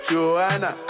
Joanna